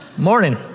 Morning